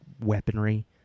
weaponry